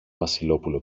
βασιλόπουλο